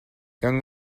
young